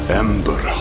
ember